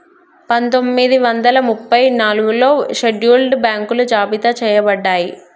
పందొమ్మిది వందల ముప్పై నాలుగులో షెడ్యూల్డ్ బ్యాంకులు జాబితా చెయ్యబడ్డయ్